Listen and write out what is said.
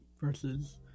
versus